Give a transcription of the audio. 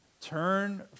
Turn